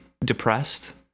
depressed